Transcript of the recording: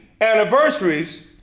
anniversaries